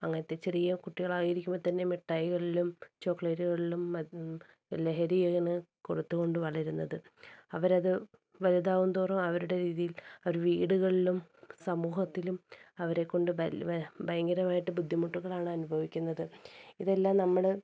അങ്ങനത്തെ ചെറിയ കുട്ടികളായിരിക്കുമ്പോൾ തന്നെ മിട്ടായികളിലും ചോക്ലേറ്റുകളിലും ലഹരിയാണ് കൊടുത്തുകൊണ്ട് വളരുന്നത് അവരത് വലുതാവും തോറും അവരുടെ രീതിയിൽ അവര് വീടുകളിലും സമൂഹത്തിലും അവരെക്കൊണ്ട് ഭയങ്കരമായിട്ട് ബുദ്ധിമുട്ടുകളാണനുഭവിക്കുന്നത് ഇതെല്ലാം നമ്മള്